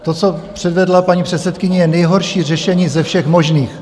To, co předvedla paní předsedkyně, je nejhorší řešení ze všech možných.